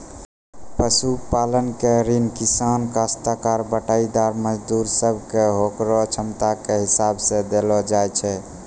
पशुपालन के ऋण किसान, कास्तकार, बटाईदार, मजदूर सब कॅ होकरो क्षमता के हिसाब सॅ देलो जाय छै